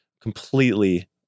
completely